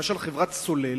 למשל, חברת "סולל"